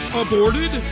aborted